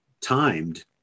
timed